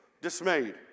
dismayed